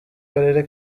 karere